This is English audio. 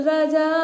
Raja